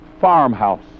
farmhouse